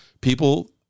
People